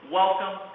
welcome